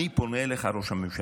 אני פונה אליך, ראש הממשלה: